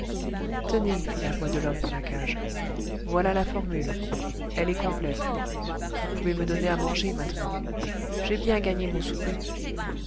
fit la voix de l'homme dans la cage voilà la formule elle est complète vous pouvez me donner à manger maintenant j'ai bien gagné mon souper